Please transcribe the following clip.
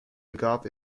begab